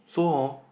so hor